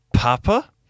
Papa